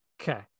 Okay